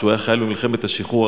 כשהוא היה חייל במלחמת השחרור,